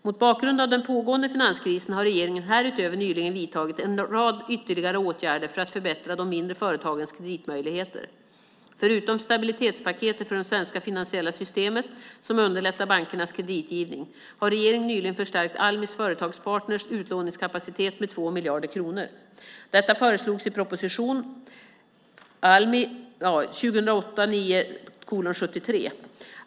Mot bakgrund av den pågående finanskrisen har regeringen härutöver nyligen vidtagit en rad ytterligare åtgärder för att förbättra de mindre företagens kreditmöjligheter: Förutom stabilitetspaketet för det svenska finansiella systemet som underlättar bankernas kreditgivning har regeringen nyligen förstärkt Almi Företagspartners utlåningskapacitet med 2 miljarder kronor. Detta föreslogs i proposition 2008/09:73.